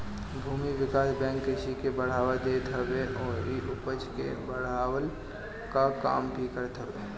भूमि विकास बैंक कृषि के बढ़ावा देत हवे अउरी उपज के बढ़वला कअ काम भी करत हअ